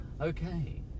Okay